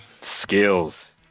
Skills